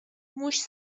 موش